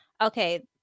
Okay